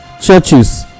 churches